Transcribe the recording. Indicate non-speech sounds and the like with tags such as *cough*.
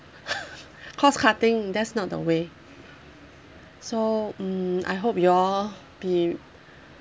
*laughs* cost cutting that's not the way so mm I hope you all be